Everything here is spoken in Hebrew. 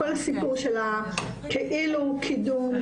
כל הסיפור של הכאילו קידום,